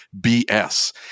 bs